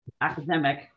academic